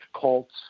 cults